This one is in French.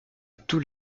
tous